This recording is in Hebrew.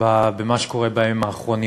במה שקורה בימים האחרונים,